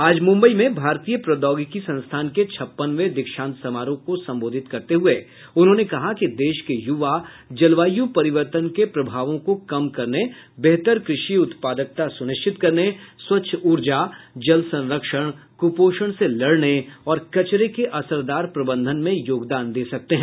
आज मुंबई में भारतीय प्रौद्योगिकी संस्थान के छप्पनवें दीक्षांत समारोह को संबोधित करते हुए उन्होंने कहा कि देश के युवा जलवायु परितर्वन के प्रभावों को कम करने बेहतर कृषि उत्पादकता सुनिश्चित करने स्वच्छ ऊर्जा जल संरक्षण कुपोषण से लड़ने और कचरे के असरदार प्रबंधन में योगदान दे सकते हैं